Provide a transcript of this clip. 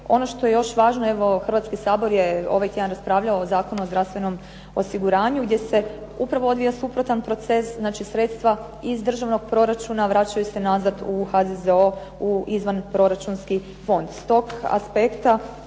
Ono što je još važno, evo Hrvatski sabor je ovaj tjedan raspravljao o Zakonu o zdravstvenom osiguranju, gdje se upravo odvija suprotan proces, znači sredstva iz državnog proračuna, vraćaju se nazad u HZZO u izvanproračunski fond.